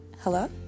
hello